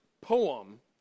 poem